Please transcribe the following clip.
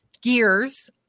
gears